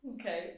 Okay